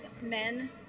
men